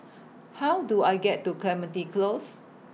How Do I get to Clementi Close